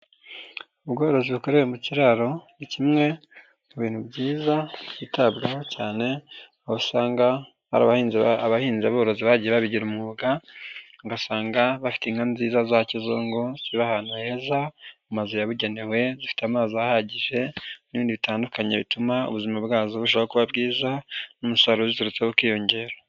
Ubworozi bukorewe mu kiraro ni kimwe mu bintu byiza byitabwaho cyane aho usanga hari abahinzi abahinzi borozi bagiye babigira umwuga ugasanga bafite inka nziza za kizungu ziri ahantu heza amazu yabugenewe zifite amazi ahagije n'ibindi bitandukanye bituma ubuzima bwazo bushaho kuba bwiza n'umusaruro birurutsehokiyongera.